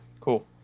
Cool